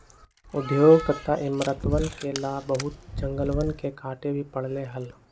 उद्योग तथा इमरतवन ला बहुत जंगलवन के काटे भी पड़ले हल